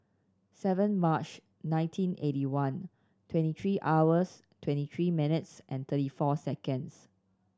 seven March nineteen eighty one twenty three hours twenty three minutes thirty four seconds